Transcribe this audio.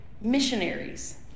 missionaries